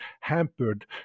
hampered